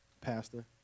pastor